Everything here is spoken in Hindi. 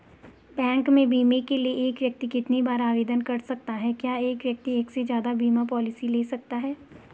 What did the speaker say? बैंक में बीमे के लिए एक व्यक्ति कितनी बार आवेदन कर सकता है क्या एक व्यक्ति एक से ज़्यादा बीमा पॉलिसी ले सकता है?